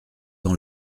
dans